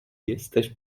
jesteś